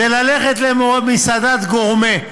זה ללכת למסעדת גורמה.